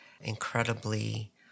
incredibly